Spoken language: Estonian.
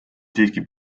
siiski